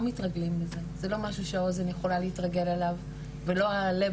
לא מתרגלים לזה זה לא משהו שהאוזן יכולה להתרגל אליו ולא הלב